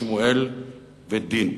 שמואל ודין,